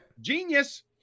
Genius